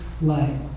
light